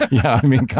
i mean,